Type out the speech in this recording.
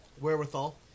Wherewithal